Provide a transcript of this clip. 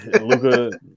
Luca